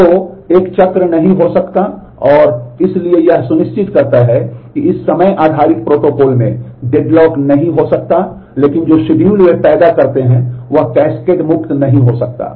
तो एक चक्र नहीं हो सकता है और इसलिए यह सुनिश्चित करता है कि इस समय आधारित प्रोटोकॉल में डेडलॉक नहीं हो सकता है लेकिन जो शेड्यूल वे पैदा करते हैं वह कैस्केड मुक्त नहीं हो सकता है